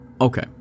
Okay